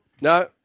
No